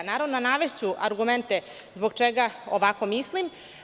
Naravno, navešću argumente zbog čega ovako mislim.